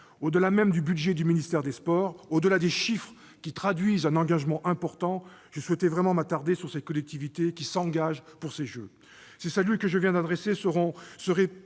Au-delà du budget du ministère des sports, au-delà des chiffres qui traduisent un engagement important, je souhaitais vivement saluer ces collectivités qui s'engagent pour ces Jeux. Ce salut que je viens d'adresser serait